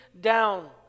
down